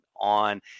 on